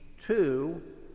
two